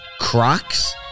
Crocs